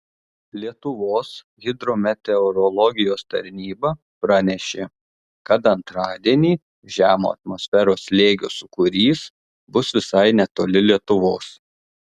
lietuvos hidrometeorologijos tarnyba pranešė kad antradienį žemo atmosferos slėgio sūkurys bus visai netoli lietuvos